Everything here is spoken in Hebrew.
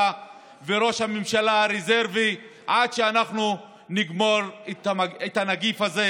וראש הממשלה הרזרבי עד שאנחנו נגמור את הנגיף הזה,